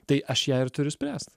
tai aš ją ir turiu spręst